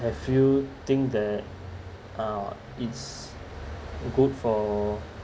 if you think that uh it's good for